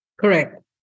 Correct